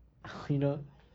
uh you know